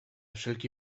wszelki